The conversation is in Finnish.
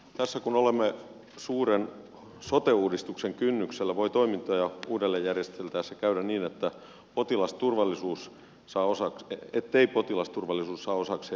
tässä kun olemme suuren sote uudistuksen kynnyksellä voi toimintoja uudelleenjärjesteltäessä käydä niin ettei potilasturvallisuus saa osakseen riittävää huomiota